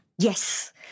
Yes